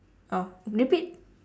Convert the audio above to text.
oh repeat